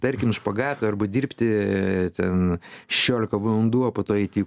tarkim špagato arba dirbti ten šešiolika valandų o po to eiti į